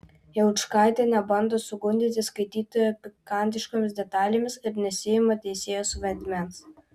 laučkaitė nebando sugundyti skaitytojo pikantiškomis detalėmis ir nesiima teisėjos vaidmens